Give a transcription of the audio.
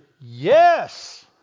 Yes